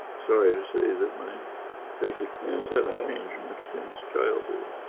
sorry to say that my basic hasn't changed much since childhood.